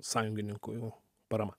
sąjungininkų parama